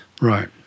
Right